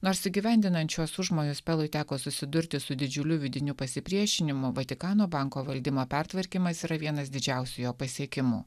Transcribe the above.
nors įgyvendinant šiuos užmojus pelui teko susidurti su didžiuliu vidiniu pasipriešinimu vatikano banko valdymo pertvarkymas yra vienas didžiausių jo pasiekimų